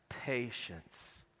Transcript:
Patience